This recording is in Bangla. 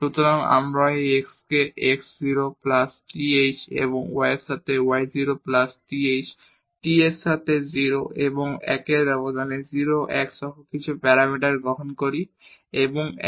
সুতরাং আমরা এই x কে x 0 প্লাস th এবং y এর সাথে y 0 প্লাস th এবং t এর সাথে 0 এবং 1 এই ব্যবধান থেকে 0 1 সহ কিছু প্যারামিটার গ্রহণ করি এবং 1